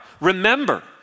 Remember